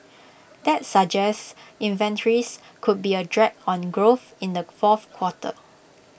that suggests inventories could be A drag on growth in the fourth quarter